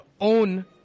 own